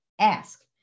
Ask